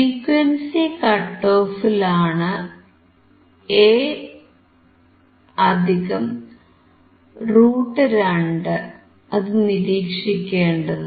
frequency cut ഓഫിലാണ് A√2 അതു നിരീക്ഷിക്കേണ്ടത്